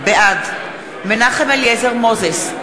בעד מנחם אליעזר מוזס,